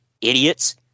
idiots